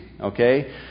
okay